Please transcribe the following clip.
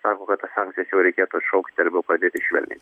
sako kad tas sankcijas jau reikėtų atšaukti arba jau pradėti švelninti